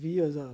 वीह हज़ार